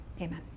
Amen